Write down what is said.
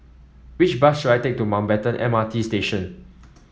which bus should I take to Mountbatten M R T Station